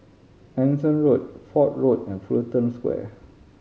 Anson Road Fort Road and Fullerton Square